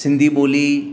सिन्धी ॿोली